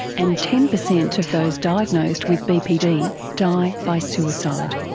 and ten percent of those diagnosed with bpd die by suicide.